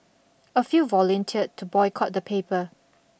a few volunteered to boycott the paper